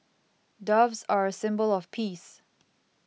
doves are a symbol of peace